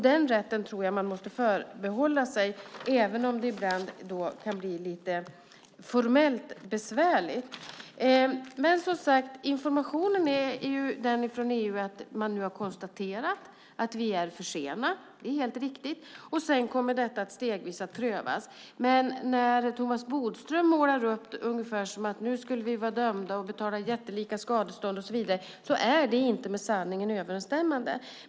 Den rätten måste man förbehålla sig även om det ibland kan bli lite formellt besvärligt. Från EU har man konstaterat att vi är försenade; det är helt riktigt. Det här kommer att prövas stegvis. Men när Thomas Bodström målar upp att vi ska skulle vara dömda och tvingas betala jättelika skadestånd är det inte med sanningen överensstämmande.